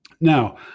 Now